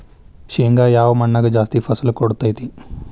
ಶೇಂಗಾ ಯಾವ ಮಣ್ಣಾಗ ಜಾಸ್ತಿ ಫಸಲು ಕೊಡುತೈತಿ?